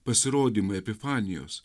pasirodymai epifanijos